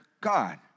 God